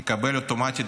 יקבל אוטומטית,